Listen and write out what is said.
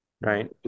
right